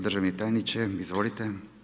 Državni tajniče, izvolite.